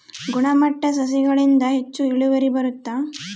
ಗುಣಮಟ್ಟ ಸಸಿಗಳಿಂದ ಹೆಚ್ಚು ಇಳುವರಿ ಬರುತ್ತಾ?